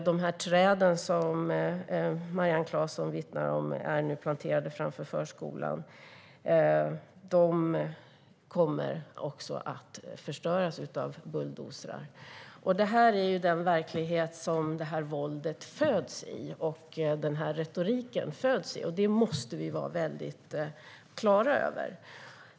De träd Marianne Claesson vittnar om är planterade framför förskolan kommer också att förstöras av bulldozrar. Detta är den verklighet det här våldet och den här retoriken föds i. Det måste vi vara väldigt klara över.